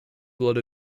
blood